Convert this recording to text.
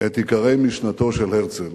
את עיקרי משנתו של הרצל.